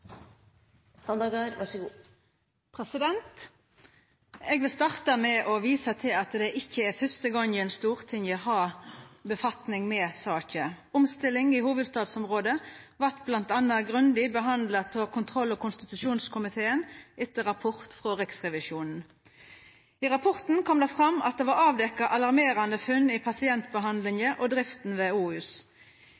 med denne saka å gjera. Omstillinga i hovudstadsområdet vart bl.a. grundig behandla av kontroll- og konstitusjonskomiteen etter rapport frå Riksrevisjonen. I rapporten kom det fram at det var avdekt alarmerande funn i pasientbehandlinga